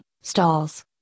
stalls